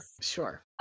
sure